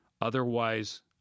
otherwise